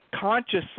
consciously